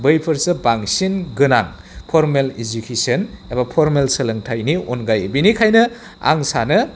बैफोरसो बांसिन गोनां formal education एबा फर्मेल सोलोंथाइनि अनगायै बिनिखायनो आं सानो